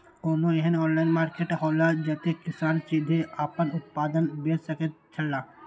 कोनो एहन online market हौला जते किसान सीधे आपन उत्पाद बेच सकेत छला?